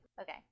Okay